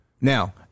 Now